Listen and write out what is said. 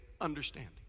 understanding